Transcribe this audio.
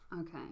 okay